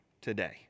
today